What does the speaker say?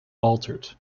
altered